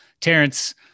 Terrence